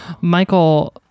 Michael